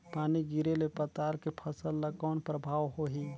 पानी गिरे ले पताल के फसल ल कौन प्रभाव होही?